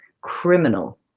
Criminal